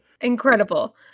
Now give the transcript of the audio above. incredible